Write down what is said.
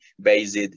based